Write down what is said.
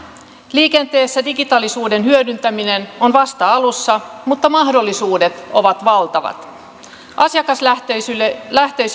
liikenteessä digitaalisuuden hyödyntäminen on vasta alussa mutta mahdollisuudet ovat valtavat asiakaslähtöisille